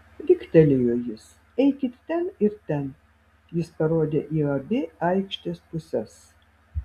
riktelėjo jis eikit ten ir ten jis parodė į abi aikštės puses